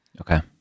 Okay